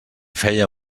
feia